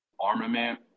armament